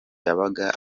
yabaga